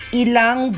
ilang